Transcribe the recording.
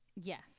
Yes